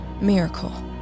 miracle